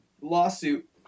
lawsuit